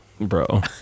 Bro